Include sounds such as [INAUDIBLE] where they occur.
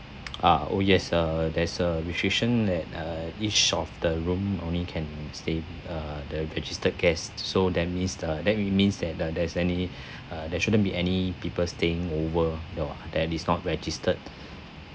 [NOISE] ah oh yes uh there's a restriction that uh each of the room only can stay uh the registered guests so that means uh that it means that there is any [BREATH] uh there shouldn't be any people staying over your that is not registered [BREATH]